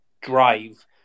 drive